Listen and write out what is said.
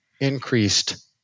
increased